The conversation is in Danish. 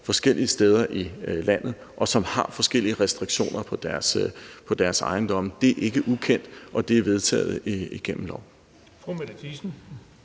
forskellige steder i landet, og som har forskellige restriktioner på deres ejendomme. Det er ikke ukendt, og det er vedtaget igennem loven.